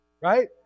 Right